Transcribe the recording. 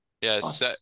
Yes